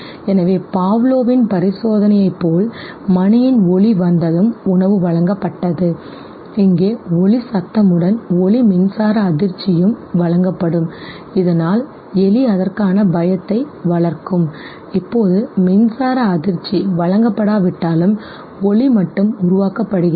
எனவேPavlovவின் பரிசோதனையைப் போல் மணியின் ஒலி வந்ததும் உணவு வழங்கப்பட்டது இங்கே ஒலி சத்தமுடன் ஒலி மின்சார அதிர்ச்சியும்து வழங்கப்படும் இதனால் எலி அதற்கான பயத்தை வளர்க்கும் இப்போது மின்சார அதிர்ச்சி வழங்கப்படாவிட்டாலும் ஒலி மட்டும் உருவாக்கப்படுகிறது